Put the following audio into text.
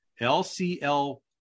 LCL